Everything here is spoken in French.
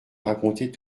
raconter